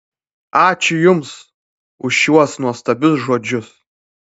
ačiū jums už šiuos nuostabius žodžius